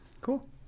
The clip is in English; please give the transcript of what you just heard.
Cool